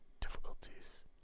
Difficulties